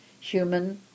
human